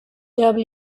seaton